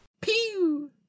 Pew